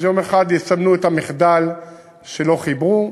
אז יום אחד יסמנו את המחדל שלא חיברו,